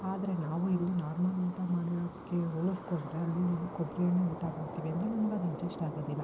ಆದರೆ ನಾವು ಇಲ್ಲಿ ನಾರ್ಮಲ್ ಊಟ ಮಾಡಿರೋದ್ಕೆ ಹೋಲಿಸ್ಕೊಂಡ್ರೆ ಅಲ್ಲಿ ಹೋಗಿ ಕೊಬ್ಬರಿ ಎಣ್ಣೆ ಊಟ ಮಾಡ್ತೀವಿ ಅಂದರೆ ನಮ್ಗದು ಅಜ್ಜಶ್ಟ್ ಆಗೋದಿಲ್ಲ